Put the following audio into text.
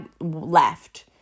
left